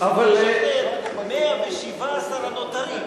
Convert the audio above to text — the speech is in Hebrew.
שניסו לשכנע את ה-117 הנותרים,